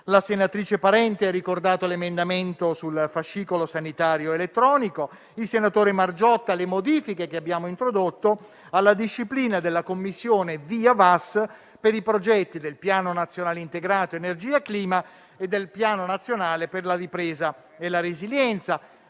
La senatrice Parente ha ricordato l'emendamento sul fascicolo sanitario elettronico. Il senatore Margiotta ha citato le modifiche che abbiamo introdotto alla disciplina della commissione VIA-VAS per i progetti del Piano nazionale integrato per l'energia e il clima e del Piano nazionale di ripresa e resilienza,